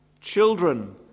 children